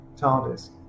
TARDIS